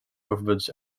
governments